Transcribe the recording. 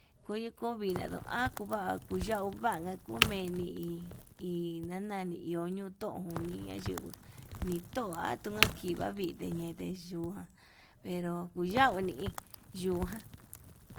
Kui kovindatuu akuva kuyau kuvanka kuveni hi ñanani iho ñuu tujón niña yingui, nito atunka kiva kite ñete yuján pero kuyauni yuján.